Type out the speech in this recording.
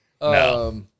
No